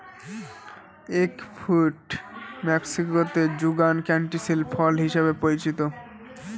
egg fruit মেক্সিকোতে যুগান ক্যান্টিসেল ফল হিসাবে পরিচিত